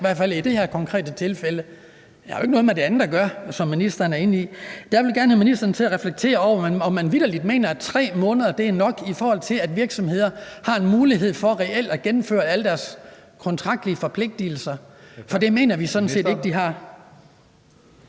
i hvert fald i det her konkrete tilfælde. Det har jo ikke noget med det andet at gøre, som ministeren var inde på. Der vil jeg gerne have ministeren til at reflektere over, om man vitterlig mener, at 3 måneder er nok, i forhold til at virksomheder har en mulighed for reelt at gennemføre alle deres kontraktlige forpligtigelser, for det mener vi sådan set ikke at de har.